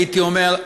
הייתי אומר,